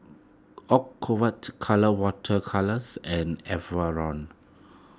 Ocuvite Colora Water Colours and Enervon